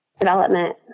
development